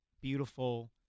beautiful